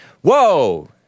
Whoa